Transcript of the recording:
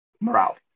morale